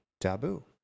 taboo